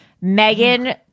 Megan